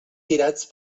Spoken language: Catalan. tirats